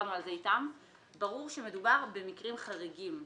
דיברנו על זה איתם, ברור שמדובר במקרים חריגים.